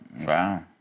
Wow